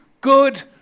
good